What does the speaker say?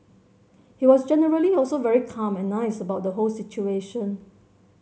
he was generally also very calm and nice about the whole situation